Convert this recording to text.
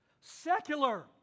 Secular